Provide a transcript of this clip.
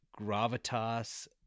gravitas